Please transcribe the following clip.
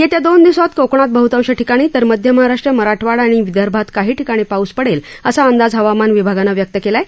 येत्या दोन दिवसांत कोकणात बहतांश ठिकाणी तर मध्य महाराष्ट मराठवाडा आणि विदर्भात काही ठिकाणी पाऊस पडेल असा अंदाज हवामान विभागानं व्यक्त केला आहे